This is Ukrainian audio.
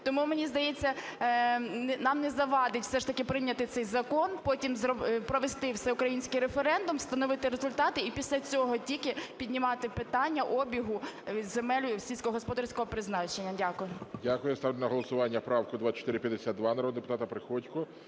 Тому, мені здається, нам не завадить все ж таки прийняти цей закон, потім провести всеукраїнський референдум, встановити результати - і після цього тільки піднімати питання обігу земель сільськогосподарського призначення. Дякую. ГОЛОВУЮЧИЙ. Дякую. Я ставлю на голосування правку 2452 народного депутата Приходько.